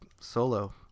solo